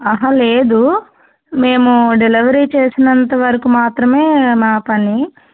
ఆహా లేదు మేము డెలివరీ చేసినంత వరకు మాత్రమే మా పని